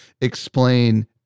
explain